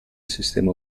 sistema